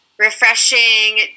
refreshing